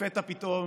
לפתע פתאום,